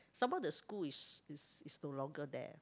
some more the school is is is no longer there